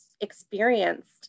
experienced